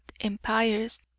empires